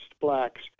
blacks